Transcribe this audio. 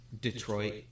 Detroit